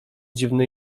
dziwny